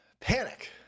Panic